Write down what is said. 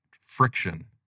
friction